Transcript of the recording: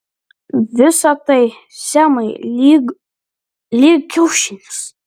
visa tai semai lyg lyg kiaušinis